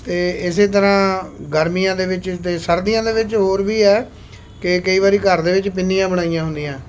ਅਤੇ ਇਸੇ ਤਰ੍ਹਾਂ ਗਰਮੀਆਂ ਦੇ ਵਿੱਚ ਅਤੇ ਸਰਦੀਆਂ ਦੇ ਵਿੱਚ ਹੋਰ ਵੀ ਹੈ ਕਿ ਕਈ ਵਾਰੀ ਘਰ ਦੇ ਵਿੱਚ ਪਿੰਨੀਆਂ ਬਣਾਈਆਂ ਹੁੰਦੀਆਂ